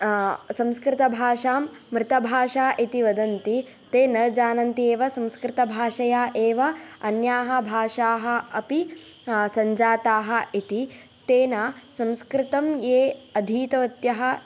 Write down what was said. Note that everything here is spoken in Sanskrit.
संस्कृतभाषां मृतभाषा इति वदन्ति ते न जानन्ति एव संस्कृतभाषया एव अन्याः भाषाः अपि सञ्जाताः इति तेन संस्कृतं ये अधीत्यवत्यः